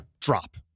Drop